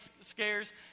scares